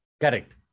Correct